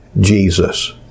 Jesus